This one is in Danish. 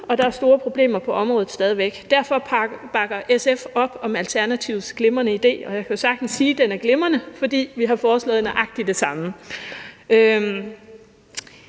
stadig væk store problemer på området. Derfor bakker SF op om Alternativets glimrende idé – og jeg kan sagtens sige, at den er glimrende, for vi har forslået nøjagtig det samme.